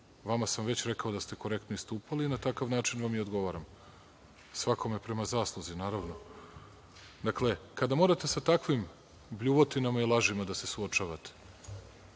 Vama sam već rekao da ste korektno istupali i na takav način vam je i odgovaram, svakome prema zasluzi, naravno. Dakle, kada morate sa takvim bljuvotinama i lažima da se suočavate,